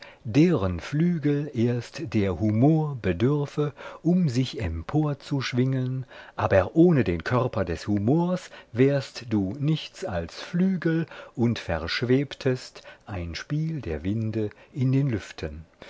deren flügel erst der humor bedürfe um sich emporzuschwingen aber ohne den körper des humors wärst du nichts als flügel und verschwebtest ein spiel der winde in den lüften